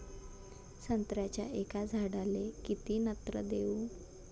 संत्र्याच्या एका झाडाले किती नत्र देऊ?